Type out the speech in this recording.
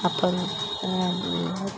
अपन